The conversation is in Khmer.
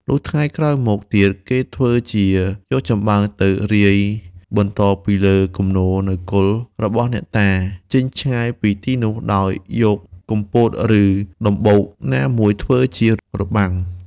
លុះថ្ងៃក្រោយមកទៀតគេធ្វើជាយកចំបើងទៅរាយបន្តពីគំនរនៅគល់ របស់អ្នកតាចេញឆ្ងាយពីទីនោះដោយយកគុម្ពោត ឬ ដំបូកណាមួយធ្វើជារបាំង។